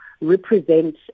represent